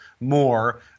more